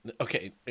Okay